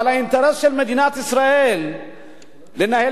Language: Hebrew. אבל האינטרס של מדינת ישראל הוא לנהל